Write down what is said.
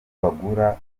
bagura